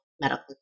medical